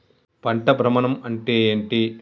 పంట భ్రమణం అంటే ఏంటి?